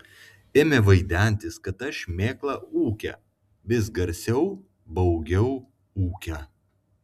ėmė vaidentis kad ta šmėkla ūkia vis garsiau baugiau ūkia